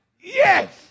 Yes